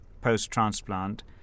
post-transplant